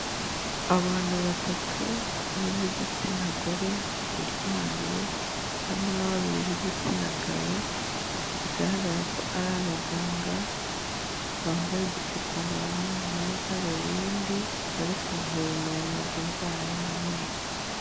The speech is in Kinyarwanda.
Abantu batatu harimo igitsina gore uryamye, harimo na babiri b'igitsina gabo, bigaragara ko ari abaganga bambaye udupfukamunwa n'amadarubindi bari kuvura umuntu indwara y'amenyo.